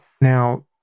Now